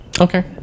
Okay